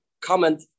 comment